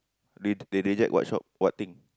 rej~ they reject what shop what thing